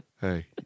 Hey